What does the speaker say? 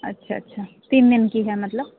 अच्छा अच्छा तीन दिन की है मतलब